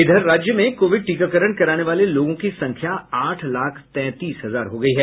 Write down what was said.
इधर राज्य में कोविड टीकाकरण कराने वाले लोगों की संख्या आठ लाख तैंतीस हजार हो गयी है